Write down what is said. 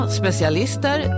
specialister